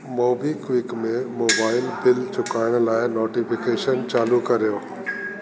MobiKwik में mobile bill चुकाइण लाइ नोटिफिकेशन चालू करियो